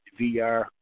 VR